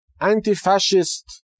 anti-fascist